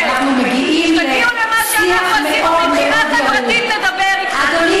חבר הכנסת דב חנין, אני